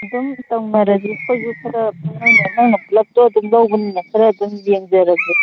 ꯑꯗꯨꯝ ꯇꯧꯅꯔꯁꯤ ꯑꯩꯈꯣꯏꯁꯎ ꯈꯔ ꯅꯪꯅ ꯄꯨꯂꯞꯇꯣ ꯑꯗꯨꯝ ꯂꯧꯕꯅꯤꯅ ꯈꯔ ꯑꯗꯨꯝ ꯌꯦꯡꯖꯔꯒꯦ